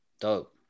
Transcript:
Dope